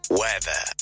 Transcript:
weather